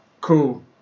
Cool